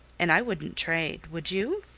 and i wouldn't trade, would you?